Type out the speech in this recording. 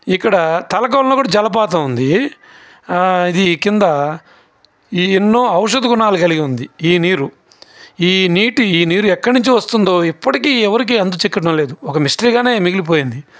ఇక్కడ తలకోనలో కూడా జలపాతం ఉంది ఇది కింద ఈ ఎన్నో ఔషధ గుణాలను కలిగి ఉంది ఈ నీరు ఈ నీటి నీరు ఎక్కడి నుంచి వస్తుందో ఇప్పటికీ ఎవరికీ అంతు చిక్కటం లేదు ఒక మిస్టరీ గా మిగిలిపోయింది